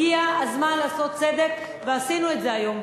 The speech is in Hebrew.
הגיע הזמן לעשות צדק, ועשינו את זה היום.